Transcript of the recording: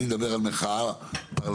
אני מדבר על מחאה פרלמנטרית,